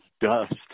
dust